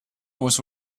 was